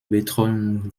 betreuung